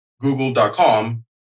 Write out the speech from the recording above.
google.com